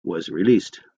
released